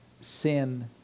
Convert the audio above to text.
sin